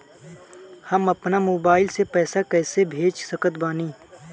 हम अपना मोबाइल से पैसा कैसे भेज सकत बानी?